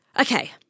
Okay